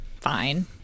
Fine